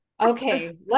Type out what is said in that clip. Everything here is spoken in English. okay